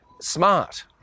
Smart